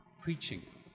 preaching